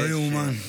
לא ייאמן.